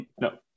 No